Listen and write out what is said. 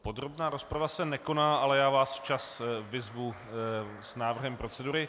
Podrobná rozprava se nekoná, ale já vás včas vyzvu s návrhem procedury.